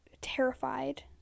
terrified